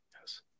yes